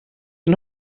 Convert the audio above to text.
een